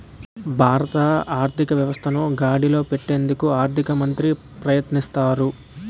భారత ఆర్థిక వ్యవస్థను గాడిలో పెట్టేందుకు ఆర్థిక మంత్రి ప్రయత్నిస్తారు